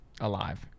alive